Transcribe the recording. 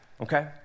okay